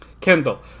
kendall